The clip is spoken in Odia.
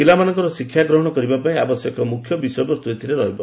ପିଲାମାନଙ୍କ ଶିକ୍ଷାଗ୍ରହଶ କରିବା ପାଇଁ ଆବଶ୍ୟକ ମୁଖ୍ୟ ବିଷୟବସ୍ତୁ ଏଥରେ ରହିବ